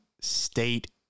State